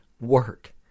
work